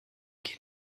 gehen